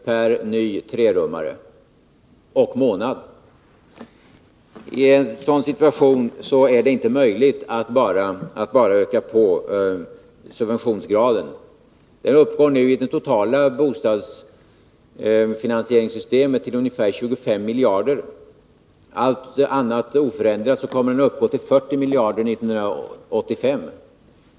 per ny trerummare och månad. I en sådan situation är det inte möjligt att bara öka på subventionsgraden. Den uppgår nu i det totala bostadsfinansieringssystemet till ungefär 25 miljarder, och om allt annat blir oförändrat kommer den att uppgå till 40 miljarder år 1985.